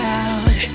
out